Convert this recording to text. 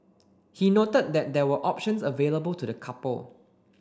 he noted that there were options available to the couple